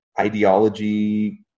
ideology